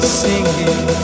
singing